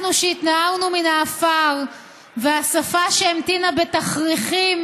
אנחנו שהתנערנו מן העפר והשפה שהמתינה בתכריכים